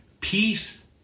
peace